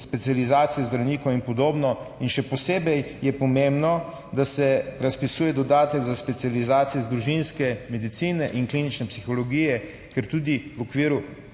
specializacije zdravnikov in podobno, in še posebej je pomembno, da se razpisuje dodatek za specializacijo iz družinske medicine in klinične psihologije, ker tudi v okviru